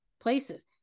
places